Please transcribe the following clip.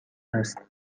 هست